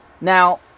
Now